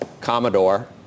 Commodore